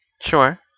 Sure